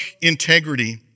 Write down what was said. Integrity